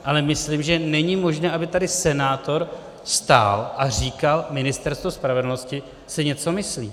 Ale myslím, že není možné, aby tady senátor stál a říkal: Ministerstvo spravedlnosti si něco myslí.